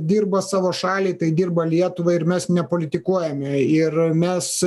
dirba savo šaliai tai dirba lietuvai ir mes nepolitikuojame ir mes